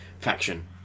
faction